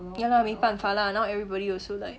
ya lah 没办法啦 now everybody also like